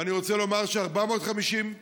ואני רוצה לומר ש-450 משפחות,